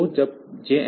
तो यह JNB TF0again